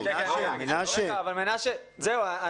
אגב,